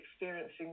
experiencing